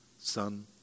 Son